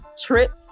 trips